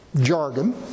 jargon